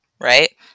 right